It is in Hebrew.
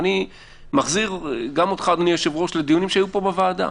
אני מחזיר גם אותך אדוני היושב-ראש לדיונים שהיו פה בוועדה.